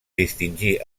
distingir